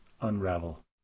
unravel